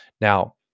now